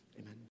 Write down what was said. amen